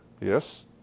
Yes